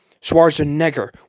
Schwarzenegger